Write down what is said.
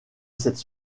cette